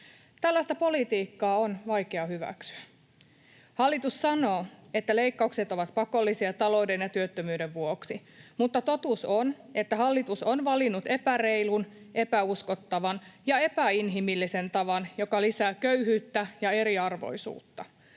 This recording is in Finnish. Tällaista politiikkaa on vaikea hyväksyä. Hallitus sanoo, että leikkaukset ovat pakollisia talouden ja työttömyyden vuoksi, mutta totuus on, että hallitus on valinnut epäreilun, epäuskottavan ja epäinhimillisen tavan, joka lisää köyhyyttä ja eriarvoisuutta.